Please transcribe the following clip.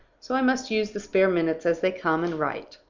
so i must use the spare minutes as they come, and write.